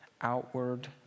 outward